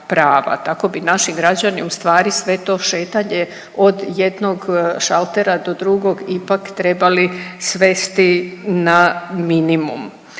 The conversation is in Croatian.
tako bi naši građani ustvari sve to šetanje od jednog šaltera do drugog ipak trebali svesti na minimum.